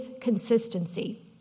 consistency